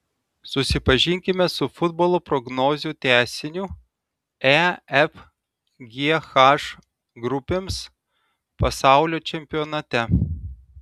susipažinkime su futbolo prognozių tęsiniu e f g h grupėms pasaulio čempionate